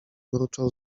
mruczał